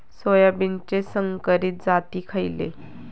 सोयाबीनचे संकरित जाती खयले?